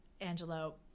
Angelo